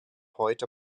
heute